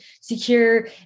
secure